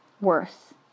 worse